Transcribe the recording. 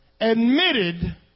admitted